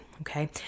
Okay